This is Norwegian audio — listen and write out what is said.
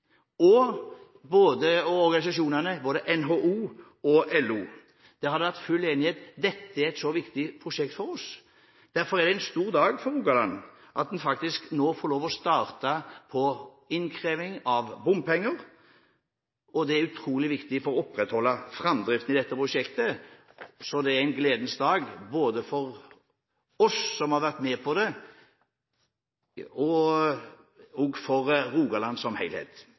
og i organisasjonene NHO og LO. Det har vært full enighet om at dette er et så viktig prosjekt for oss. Derfor er dette en stor dag for Rogaland, når vi nå faktisk får lov til å starte med innkrevingen av bompenger. Det er utrolig viktig for å opprettholde framdriften i dette prosjektet. Dette er en gledens dag, både for oss som har vært med på det og for Rogaland som